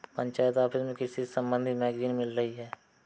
panchayat office में कृषि से संबंधित मैगजीन मिल रही है